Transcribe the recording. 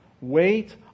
Wait